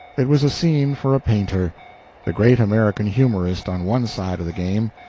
it was a scene for a painter the great american humorist on one side of the game,